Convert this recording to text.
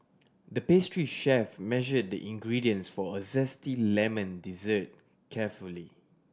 the pastry chef measured the ingredients for a zesty lemon dessert carefully